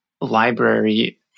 library